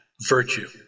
virtue